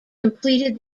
completed